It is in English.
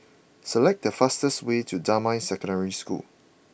select the fastest way to Damai Secondary School